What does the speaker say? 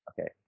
okay